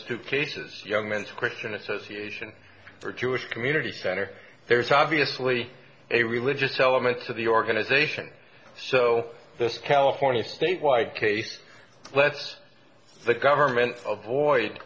two cases young men's christian association or jewish community center there's obviously a religious element to the organization so this california statewide case let's the government